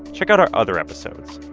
check out our other episodes.